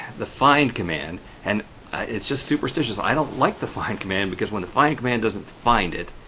the find command and it's just superstitious. i don't like the find command because when the find command doesn't find it,